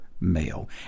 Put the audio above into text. male